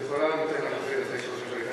את יכולה כבר להתחיל עכשיו.